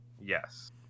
Yes